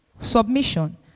submission